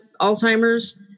Alzheimer's